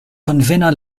konvena